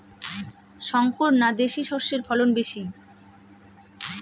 শংকর না দেশি সরষের ফলন বেশী?